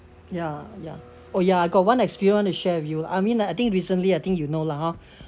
ya ya oh ya got one experience I want to share with you I mean lah I think recently I think you know lah ha